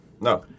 No